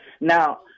Now